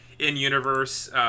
In-universe